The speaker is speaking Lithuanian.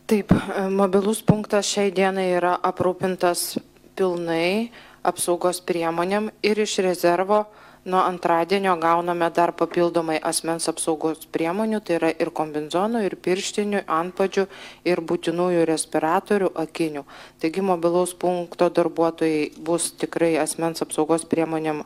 taip mobilus punktas šiai dienai yra aprūpintas pilnai apsaugos priemonėm ir iš rezervo nuo antradienio gauname dar papildomai asmens apsaugos priemonių tai yra ir kombinzonų ir pirštinių antpadžių ir būtinųjų respiratorių akinių taigi mobilaus punkto darbuotojai bus tikrai asmens apsaugos priemonėm